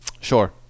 sure